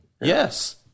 Yes